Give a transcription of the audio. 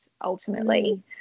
ultimately